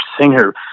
singer